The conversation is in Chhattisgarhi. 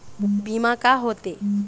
बीमा का होते?